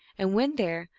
and when there,